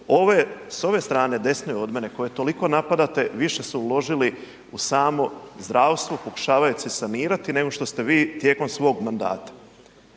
s ove strane desne od mene koju toliko napadate, više su uložili u samo zdravstvo pokušavajući se sanirati nego što ste vi tijekom svog mandata.